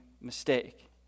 mistake